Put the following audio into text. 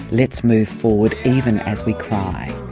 let's move forward, even as we cry.